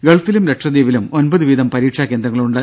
ഗൾഫിലും ലക്ഷദ്വീപിലും ഒൻപത് വീതം പരീക്ഷാ കേന്ദ്രങ്ങളുണ്ട്